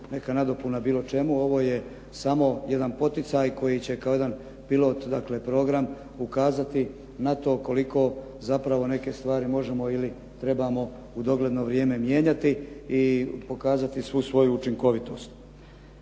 neka nadopuna bilo čemu. Ovo je samo jedan poticaj koji će kao jedan pilot program ukazati na to koliko zapravo neke stvari možemo ili trebamo u dogledno vrijeme mijenjati i pokazati svu svoju učinkovitost.